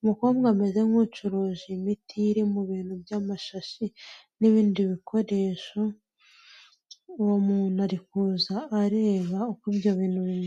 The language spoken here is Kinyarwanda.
umukobwa ameze nk'ucuruje imiti iri mu bintu by'amashashi n'ibindi bikoresho uwo muntu ari kuza areba uko ibyo bintu bimeze